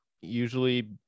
usually